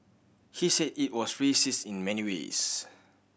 he said it was racist in many ways